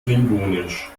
klingonisch